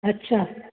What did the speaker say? अच्छा